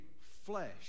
flesh